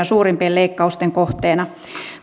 suurimpien leikkausten kohteena